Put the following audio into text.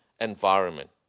environment